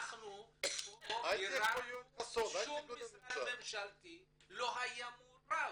אנחנו פה ביררנו, שום משרד ממשלתי לא היה מעורב.